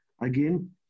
again